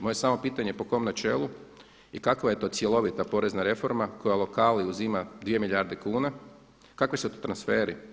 Moje je samo pitanje po kojem načelu i kakva je to cjelovita porezna reforma koja lokalima uzima 2 milijarde kuna, kakvi su to transferi?